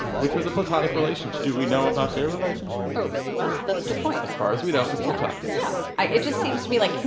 which was a platonic relationship do we know about their relationship? oh, well, that's a good point as far as we know, it was platonic yeah. yeah. it just seems to me, like,